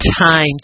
time